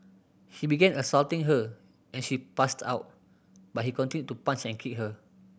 he began assaulting her and she passed out but he continued to punch and kick her